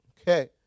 Okay